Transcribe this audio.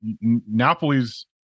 Napoli's